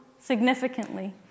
significantly